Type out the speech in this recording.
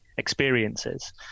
experiences